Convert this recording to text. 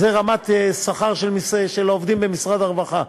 זו רמת השכר של העובדים במשרד הרווחה.